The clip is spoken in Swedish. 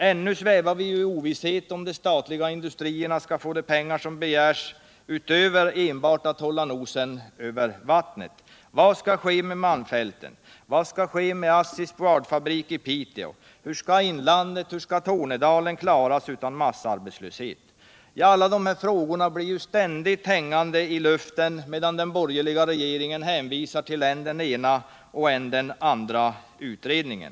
Ännu svävar vi i ovisshet om huruvida de statliga industrierna skall få de pengar som begärts utöver det som behövs för att hålla nosen över vattnet. Vad skall ske med malmfälten? Vad skall ske med ASSI:s boardfabrik i Piteå? Hur skall inlandet och Tornedalen klaras utan massarbetslöshet? Alla de här frågorna blir ständigt hängande i luften medan den borgerliga regeringen hänvisar till än den ena än den andra utredningen.